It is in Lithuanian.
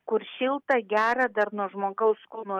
kur šilta gera dar nuo žmogaus kūno